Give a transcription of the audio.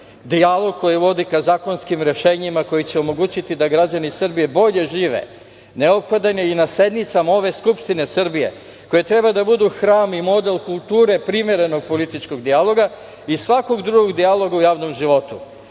Dijalog koji vodi ka zakonskim rešenjima koji će omogućiti da građani Srbije bolje žive neophodan je i na sednicama ove Skupštine Srbije koje treba da budu hram i model kulture primerenog političkog dijaloga i svakog drugog dijaloga u javnom životu. Taj